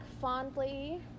fondly